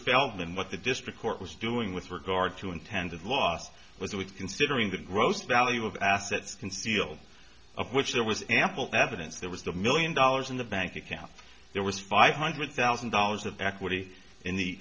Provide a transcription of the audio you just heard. feldman what the district court was doing with regard to intended last was with considering the gross value of assets conceal of which there was ample evidence that was the million dollars in the bank account there was five hundred thousand dollars of equity in the